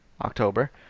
October